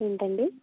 ఏంటండి